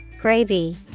Gravy